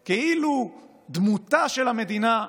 כאילו, דמותה של המדינה.